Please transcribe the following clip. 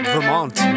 Vermont